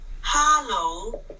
Hello